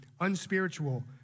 unspiritual